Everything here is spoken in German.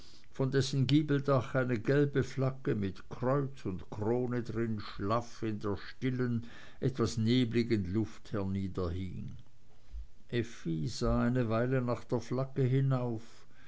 von dessen giebeldach eine gelbe flagge mit kreuz und krone darin schlaff in der stillen etwas nebeligen luft herniederhing effi sah eine weile nach der flagge hinauf